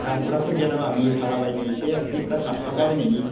दामग्राफोर गैया नामा मोसाला बायनो एसे थैफ्रा खारसारला बायनायनि